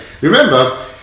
Remember